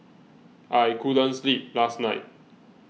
I couldn't sleep last night